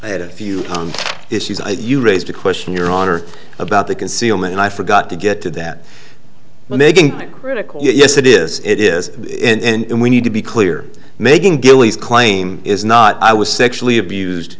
i had a few issues you raised a question your honor about the concealment and i forgot to get to that critical yes it is it is in and we need to be clear making gillies claim is not i was sexually abused